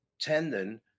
tendon